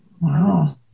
wow